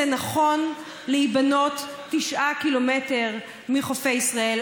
נכון להיבנות 9 קילומטר מחופי ישראל,